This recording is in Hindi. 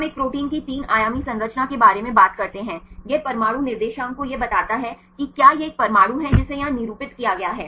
हम एक प्रोटीन की तीन आयामी संरचना के बारे में बात करते हैं यह परमाणु निर्देशकों को यह बताता है कि क्या यह एक परमाणु है जिसे यहां निरूपित किया गया है